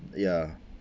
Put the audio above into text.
ya